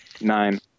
Nine